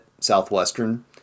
Southwestern